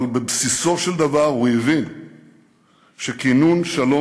אבל בבסיסו של דבר הוא הבין שכינון שלום